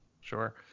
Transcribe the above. Sure